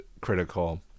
critical